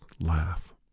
laugh